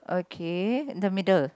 okay in the middle